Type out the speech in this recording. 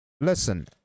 listen